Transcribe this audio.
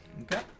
Okay